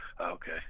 Okay